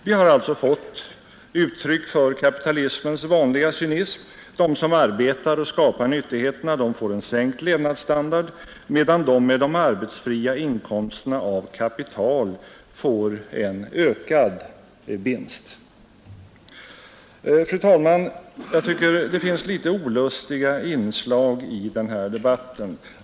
Vi har fått uttryck för kapitalismens vanliga cynism: de som arbetar och skapar nyttigheterna får sänkt levnadsstandard, medan de som har arbetsfria inkomster av kapital får en ökad vinst. Fru talman! Det finns litet olustiga inslag i denna debatt.